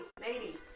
ladies